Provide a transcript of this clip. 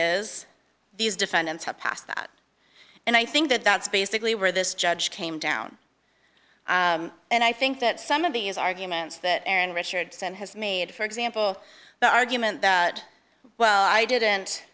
is these defendants have passed that and i think that that's basically where this judge came down and i think that some of these arguments that aaron richardson has made for example the argument that well i didn't